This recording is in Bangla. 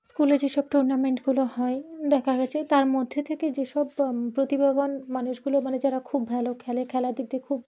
স্কুলে যেসব টুর্নামেন্টগুলো হয় দেখা গিয়েছে তার মধ্যে থেকে যেসব প্রতিভাবান মানুষগুলো মানে যারা খুব ভালো খেলে খেলার দিক দিয়ে খুব